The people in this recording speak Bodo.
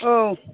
औ